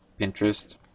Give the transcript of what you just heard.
Pinterest